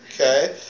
okay